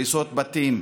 הריסות בתים,